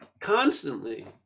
constantly